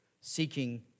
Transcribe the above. seeking